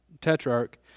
Tetrarch